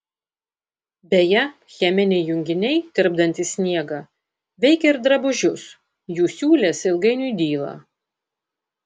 beje cheminiai junginiai tirpdantys sniegą veikia ir drabužius jų siūlės ilgainiui dyla